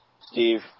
Steve